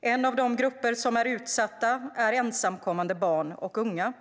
En av de grupper som är utsatta är ensamkommande barn och unga.